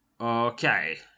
Okay